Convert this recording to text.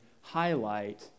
highlight